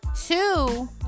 two